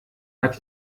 hat